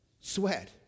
sweat